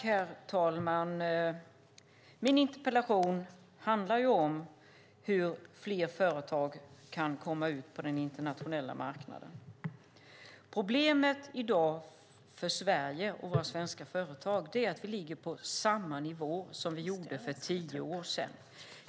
Herr talman! Min interpellation handlar om hur fler företag kan komma ut på den internationella marknaden. Problemet för Sverige och svenska företag är att vi i dag ligger på samma nivå som för tio år sedan.